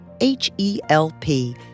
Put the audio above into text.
H-E-L-P